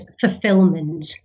fulfillment